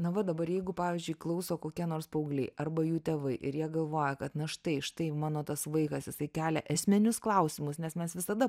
na va dabar jeigu pavyzdžiui klauso kokie nors paaugliai arba jų tėvai ir jie galvoja kad na štai štai mano tas vaikas jisai kelia esminius klausimus nes mes visada